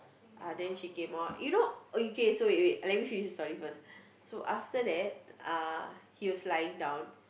uh then she came up you know okay so wait wait let me finish the story first so after that ah he was lying down